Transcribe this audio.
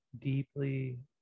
deeply